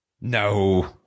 No